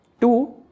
Two